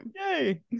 yay